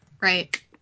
right